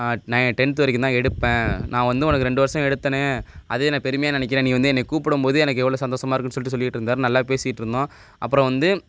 நை டென்த்து வரைக்கும் தான் எடுப்பேன் நான் வந்து உனக்கு ரெண்டு வர்ஷம் எடுத்த உடனே அதே நான் பெருமையாக நினைக்கிறேன் நீ வந்து என்னையை கூப்பிடம்போது எனக்கு எவ்வளோ சந்தோசமாக இருக்குன்னு சொல்லிட்டு சொல்லிட்டுருந்தார் நல்லா பேசிகிட்டுருந்தோம் அப்புறோம் வந்து